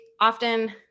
often